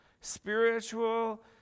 spiritual